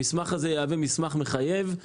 המסמך הזה יהווה מסמך מחייב.